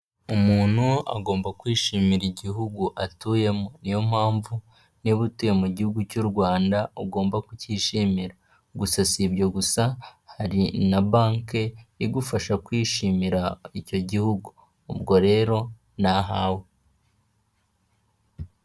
Umuntu agomba kwishimira igihugu atuyemo. Niyo mpamvu niba utuye mu gihugu cy'u Rwanda ugomba kucyishimira. Gusa si ibyo gusa hari na banke, igufasha kwishimira icyo gihugu. Ubwo rero ni ahawe.